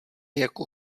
jako